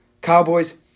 Cowboys